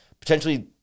potentially